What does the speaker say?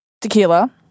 tequila